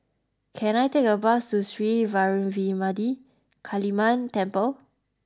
can I take a bus to Sri Vairavimada Kaliamman Temple